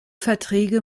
verträge